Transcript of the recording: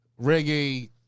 reggae